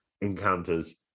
encounters